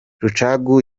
rucagu